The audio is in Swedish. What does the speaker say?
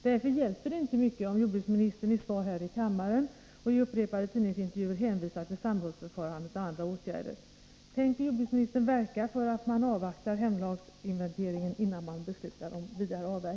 Därför hjälper det inte mycket om jordbruksministern i svar här i kammaren och i upprepade tidningsintervjuer hänvisar till samrådsförfarandet och andra åtgärder.